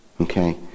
Okay